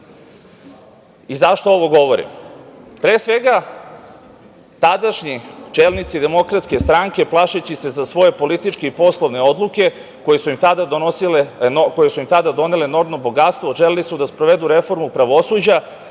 Zašto ovo govorim? Pre svega, tadašnji čelnici DS plašeći se za svoje političke i poslovne odluke koje su im tada donele enormno bogatstvo, želeli su da sprovedu reformu pravosuđa